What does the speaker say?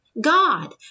God